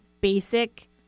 basic